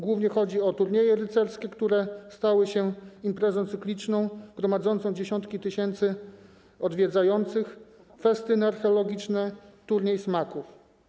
Głównie chodzi o turnieje rycerskie, które stały się imprezą cykliczną gromadzącą dziesiątki tysięcy odwiedzających, festyny archeologiczne czy turniej smaków.